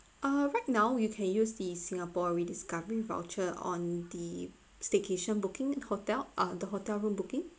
uh right now you can use the singapore rediscovery voucher on the staycation booking hotel ah the hotel room booking